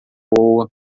boa